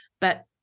but-